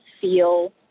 feel